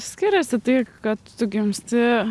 skiriasi tai kad tu gimsti